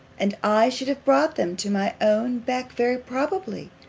and i should have brought them to my own beck, very probably,